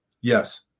Yes